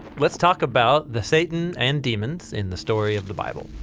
let's talk about the satan and demons in the story of the bible.